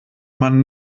man